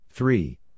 Three